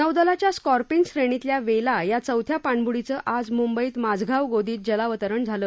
नौदलाच्या स्कॉर्पिन श्रेणीतल्या वेला या चौथ्या पाणब्डीचं आज मुंबईत माझगाव गोदीत जलावतरण झालं